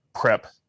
prep